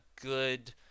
good